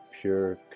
pure